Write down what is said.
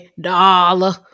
Dollar